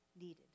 needed